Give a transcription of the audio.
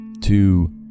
Two